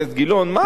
מה הבעיה?